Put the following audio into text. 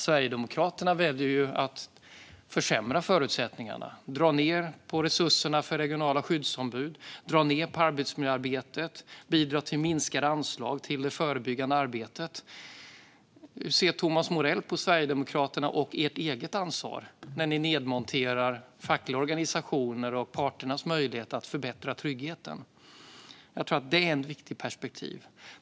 Sverigedemokraterna väljer ju att försämra förutsättningarna, dra ned på resurserna för regionala skyddsombud, dra ned på arbetsmiljöarbetet och bidra till minskade anslag till det förebyggande arbetet. Hur ser Thomas Morell på Sverigedemokraternas eget ansvar, när ni nedmonterar fackliga organisationer och parternas möjligheter att förbättra tryggheten? Jag tror att detta är ett viktigt perspektiv.